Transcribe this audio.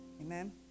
Amen